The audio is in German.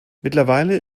mittlerweile